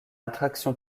attraction